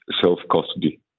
self-custody